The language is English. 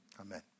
Amen